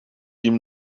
yirmi